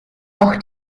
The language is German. auch